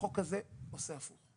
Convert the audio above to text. החוק הזה עושה ההפך.